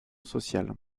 sociale